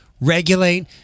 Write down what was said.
Regulate